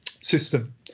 system